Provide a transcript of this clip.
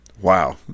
Wow